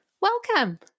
welcome